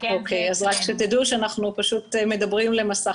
אנחנו מדברים אליכם